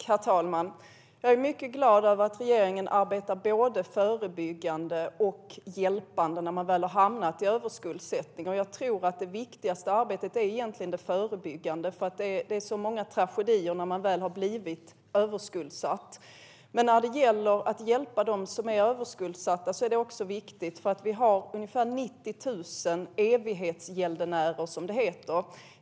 Herr talman! Jag är mycket glad över att regeringen arbetar både förebyggande och hjälpande för dem som har hamnat i överskuldsättning. Jag tror att det viktigaste arbetet är det förebyggande, för det är så många tragedier när man väl har blivit överskuldsatt. Det är viktigt att hjälpa dem som är överskuldsatta, för vi har ungefär 90 000 evighetsgäldenärer, som det heter.